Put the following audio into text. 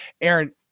Aaron